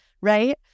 right